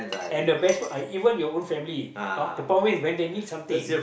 and the best part even your own family but the problem is when they need something